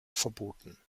verboten